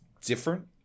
different